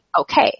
okay